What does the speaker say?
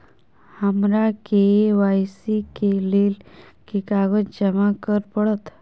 हमरा के.वाई.सी केँ लेल केँ कागज जमा करऽ पड़त?